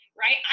Right